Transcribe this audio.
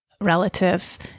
relatives